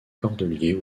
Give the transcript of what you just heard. cordeliers